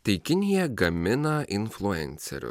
tai kinija gamina influenceriu